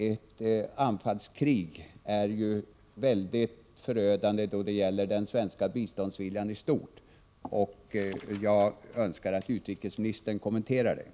Ett anfallskrig har en mycket förödande inverkan på den svenska biståndsviljan i stort, och jag önskar att utrikesministern kommenterar detta.